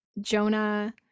Jonah